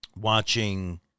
watching